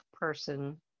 person